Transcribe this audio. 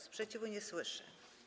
Sprzeciwu nie słyszę.